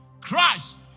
Christ